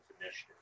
initiative